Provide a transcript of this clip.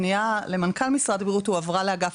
הפנייה למנכ"ל משרד הבריאות הועברה לאגף